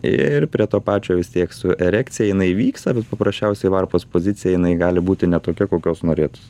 ir prie to pačio vis tiek su erekcija jinai vyksta bet paprasčiausiai varpos pozicija jinai gali būti ne tokia kokios norėtųs